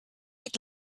eat